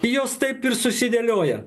jos taip ir susidėlioja